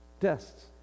Tests